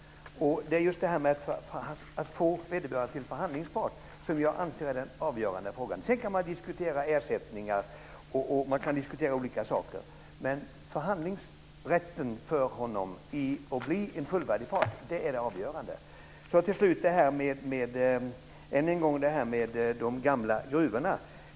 Att få vederbörande till förhandlingspart anser jag vara den avgörande frågan. Sedan kan man diskutera ersättningar osv., men förhandlingsrätten, att bli en fullvärdig part, är det avgörande. Än en gång om de gamla gruvorna.